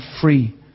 free